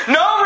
no